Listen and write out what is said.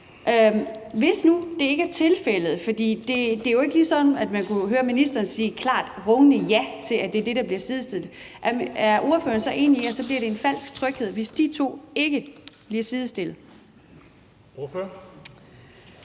Hvis nu det ikke er tilfældet, for det er jo ikke lige sådan, at man kunne høre ministeren sige et klart rungende ja til, at det er det, der bliver sidestillet, er ordføreren så enig i, at det så bliver en falsk tryghed, altså hvis de to ikke bliver sidestillet? Kl.